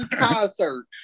concert